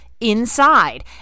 inside